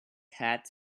hat